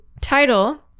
title